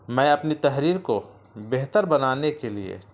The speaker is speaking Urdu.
میں اپنی تحریر کو بہتر بنانے کے لیے